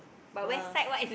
oh well